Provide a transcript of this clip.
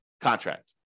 contract